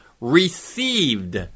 received